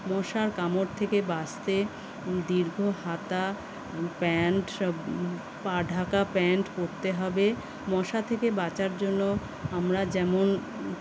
মশার কামড় থেকে বাঁচতে দীর্ঘ হাতা প্যান্ট সব পা ঢাকা প্যান্ট পরতে হবে মশা থেকে বাঁচার জন্য আমরা যেমন